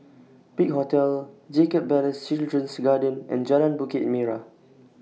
Big Hotel Jacob Ballas Children's Garden and Jalan Bukit Merah